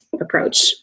approach